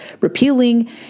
repealing